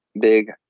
big